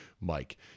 Mike